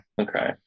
okay